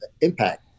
impact